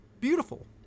beautiful